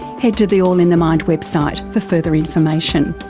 head to the all in the mind website for further information.